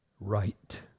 right